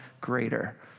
greater